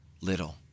little